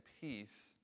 peace